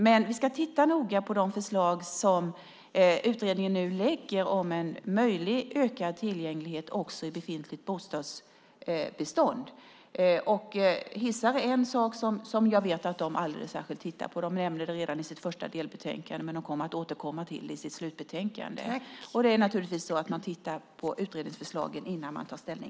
Men vi ska titta noga på de förslag som utredningen nu lägger fram om en möjlig ökad tillgänglighet också i befintligt bostadsbestånd. Hissar är en sak som jag vet att utredningen kommer att titta på alldeles särskilt. Man nämner det redan i sitt första delbetänkande, men man kommer att återkomma till det i sitt slutbetänkande. Det är naturligtvis så att vi tittar på utredningsförslag innan vi tar ställning.